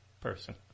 person